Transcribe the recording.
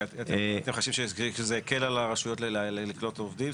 אתה חושב שזה יקל על הרשויות לקלוט עובדים?